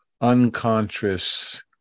unconscious